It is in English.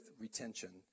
retention